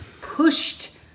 pushed